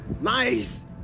nice